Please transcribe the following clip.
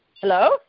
hello